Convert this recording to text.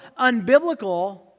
unbiblical